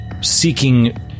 seeking